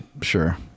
Sure